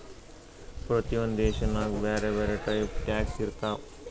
ಪ್ರತಿ ಒಂದ್ ದೇಶನಾಗ್ ಬ್ಯಾರೆ ಬ್ಯಾರೆ ಟೈಪ್ ಟ್ಯಾಕ್ಸ್ ಇರ್ತಾವ್